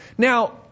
Now